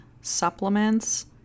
supplements